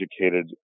educated